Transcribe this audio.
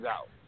out